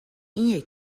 این